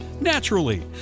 naturally